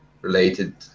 related